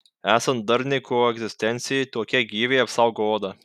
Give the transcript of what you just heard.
esant darniai koegzistencijai tokie gyviai apsaugo odą